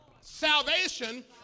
salvation